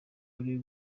wari